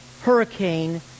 hurricane